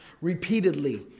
repeatedly